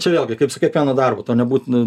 čia vėlgi kaip su kiekvienu darbu tau nebūtina